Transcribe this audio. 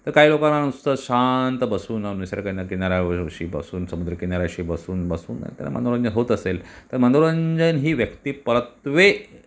तर काही लोकांना नुसतंच शांत बसून निसर्ग किनाऱ्याशी बसून समुद्रकिनाऱ्याशी बसून बसून नाहीतर मनोरंजन होत असेल तर मनोरंजन ही व्यक्तिपरत्वे